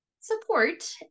support